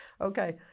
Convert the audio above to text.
Okay